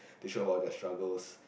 they show about their struggles